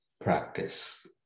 practice